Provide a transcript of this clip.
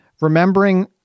remembering